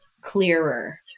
clearer